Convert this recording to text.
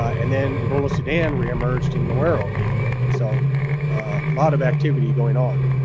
and then ebola sudan reemerged in luararo again. and so a lot of activity going on.